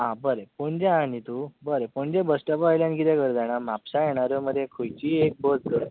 आं बरें पणजे आहा नी तू बरें पणजे बस स्टोपा वयल्यान कितें कर जाणा म्हापश्यां येणारी मरे खंयचीय एक बस धर